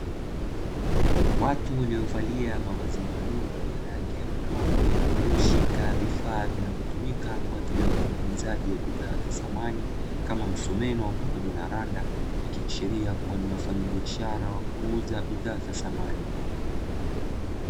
Watu waliovalia mavazi maalumu, ya rangi ya bluu walioshika vifaa vinavyotumika kwa ajili ya utengenezaji wa bidhaa za thamani, kama msumeno pamoja na randa ikiashiria kuwa ni wafanyabiashara wa kuuza bidhaa za thamani.